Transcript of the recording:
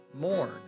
mourn